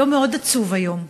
יום מאוד עצוב היום,